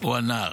או הנער.